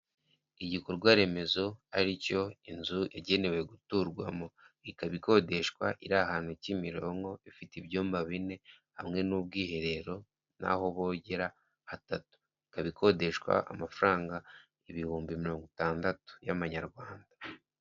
Igikorwa remezo ari cyo inzu igenewe guturwamo, ikaba ikodeshwa iri ahantu Kimironko, gifite ibyumba bine hamwe n'ubwiherero, n'aho bogera hatatu ikaba ikodeshwa amafaranga ibihumbi mirongo itandatu y'amanyarwanda.